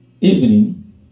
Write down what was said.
evening